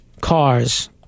cars